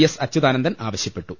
S Achuthanandan ആവശ്യപ്പെട്ടു